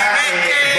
החקלאים,